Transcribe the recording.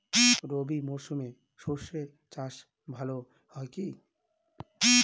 রবি মরশুমে সর্ষে চাস ভালো হয় কি?